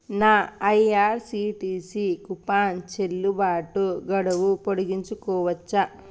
నా IRCTC coupon చెల్లుబాటు గడువు పొడిగించుకోవచ్చా